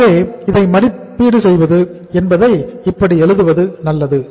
ஆகவே இதை மதிப்பீடு செய்வது என்பதை இப்படி எழுதுவது நல்லது